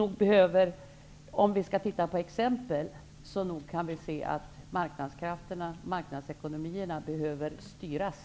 Om vi studerar exempel kan vi alltså se att marknadsekonomierna behöver styras.